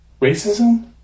racism